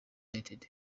united